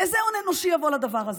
איזה הון אנושי יבוא לדבר הזה?